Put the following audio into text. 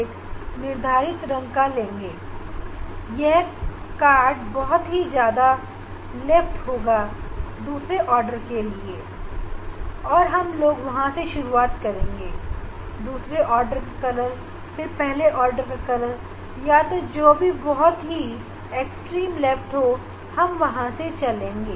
इस निर्धारित रंग के लिए दूरतम लेफ्ट दिशा हमें सबसे पहले दूसरा आर्डर मिलेगा उसके बाद इसी दिशा में आगे बढ़ते हुए इसका पहला ऑर्डर और इसी दिशा में और आगे जाने के बाद दूसरी तरफ पहुंच जाएंगे जहां हमें फिर से पहले आर्डर उसके बाद दूसरा आर्डर मिलेगा और उस की वर्नियर 1 और वर्नियर 2 से रीडिंग को हम लिख लेंगे